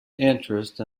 interest